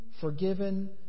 forgiven